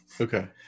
Okay